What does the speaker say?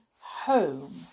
home